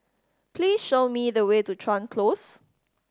please show me the way to Chuan Close